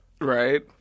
Right